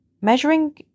measuring